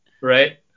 Right